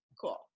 cool